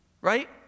Right